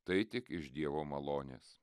tai tik iš dievo malonės